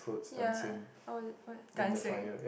ya oh it what dancing